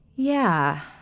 yeah,